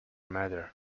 matter